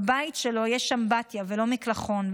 בבית שלו יש שם אמבטיה ולא מקלחון.